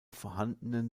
vorhandenen